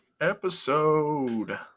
episode